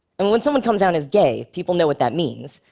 and when someone comes out as gay, people know what that means,